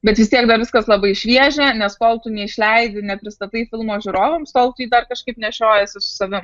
bet vis tiek dar viskas labai šviežia nes kol tu neišleidi nepristatai filmo žiūrovams tol tu dar kažkaip nešiojiesi su savim